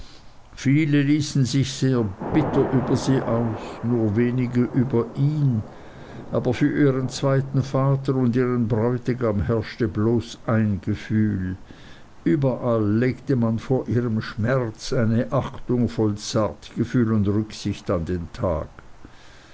viele ließen sich sehr bitter über sie aus nur wenige über ihn aber für ihren zweiten vater und ihren bräutigam herrschte bloß ein gefühl überall legte man vor ihrem schmerz eine achtung voll zartgefühl und rücksicht an den tag